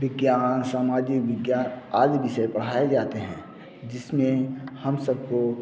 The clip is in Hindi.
विज्ञान सामाजिक विज्ञान आदि विषय पढ़ाए जाते हैं जिसमें हम सब को